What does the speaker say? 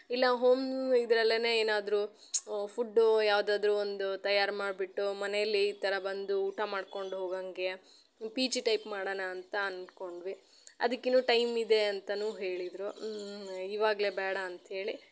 ಇಲ್ಲ ಹೋಮ್ ಇದ್ರಲ್ಲೆ ಏನಾದ್ರೂ ಫುಡ್ಡು ಯಾವ್ದಾದ್ರೂ ಒಂದು ತಯಾರು ಮಾಡಿಬಿಟ್ಟು ಮನೆಯಲ್ಲಿ ಈ ಥರ ಬಂದು ಊಟ ಮಾಡ್ಕೊಂಡು ಹೋಗಂಗೆ ಪಿ ಜಿ ಟೈಪ್ ಮಾಡಣ ಅಂತ ಅಂದ್ಕೊಂಡ್ವಿ ಅದಕ್ಕಿನ್ನೂ ಟೈಮ್ ಇದೆ ಅಂತನೂ ಹೇಳಿದರು ಇವಾಗ್ಲೇ ಬೇಡ ಅಂತ ಹೇಳಿ